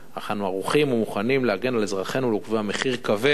אך אנו ערוכים ומוכנים להגן על אזרחינו ולקבוע מחיר כבד